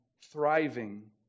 thriving